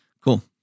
Cool